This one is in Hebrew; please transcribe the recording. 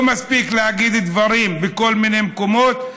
לא מספיק להגיד דברים בכל מיני מקומות,